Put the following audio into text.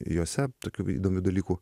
juose tokių įdomių dalykų